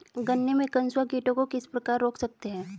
गन्ने में कंसुआ कीटों को किस प्रकार रोक सकते हैं?